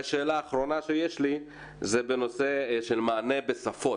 שאלה אחרונה בנושא של מענה בשפות.